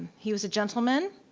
he was a gentleman.